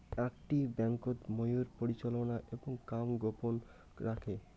আকটি ব্যাংকোত মুইর পরিচালনা এবং কাম গোপন রাখে